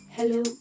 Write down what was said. Hello